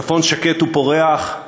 הצפון שקט ופורח,